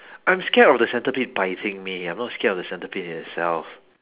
I'm scared of the centipede biting me I'm not scared of the centipede in itself